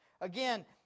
Again